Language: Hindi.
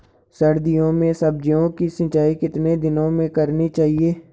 सर्दियों में सब्जियों की सिंचाई कितने दिनों में करनी चाहिए?